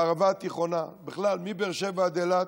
בערבה התיכונה, בכלל מבאר שבע ועד אילת,